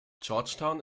georgetown